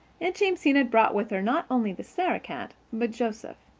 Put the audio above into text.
aunt jamesina had brought with her not only the sarah-cat but joseph.